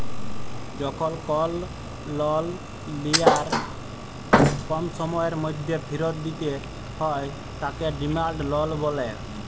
যখল কল লল লিয়ার কম সময়ের ম্যধে ফিরত দিতে হ্যয় তাকে ডিমাল্ড লল ব্যলে